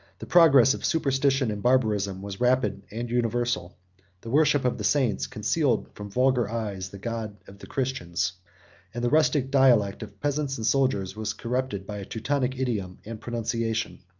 the progress of superstition and barbarism was rapid and universal the worship of the saints concealed from vulgar eyes the god of the christians and the rustic dialect of peasants and soldiers was corrupted by a teutonic idiom and pronunciation.